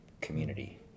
community